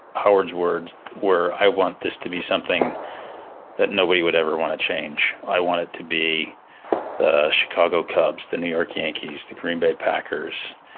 howard's words were i want this to be something that nobody would ever want to change. i want it to be the chicago cubs, the new york yankees, the green bay packers.